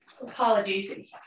Apologies